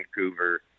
Vancouver